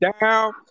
down